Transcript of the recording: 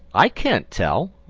i can't tell,